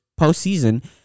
postseason